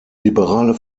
liberale